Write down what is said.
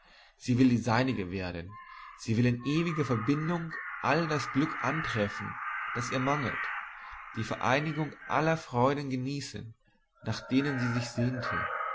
sie will die seinige werden sie will in ewiger verbindung all das glück antreffen das ihr mangelt die vereinigung aller freuden genießen nach denen sie sich sehnte